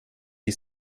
die